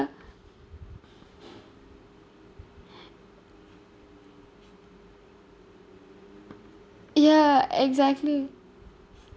ya exactly